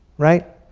right?